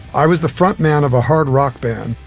i was the front man of a hard rock band,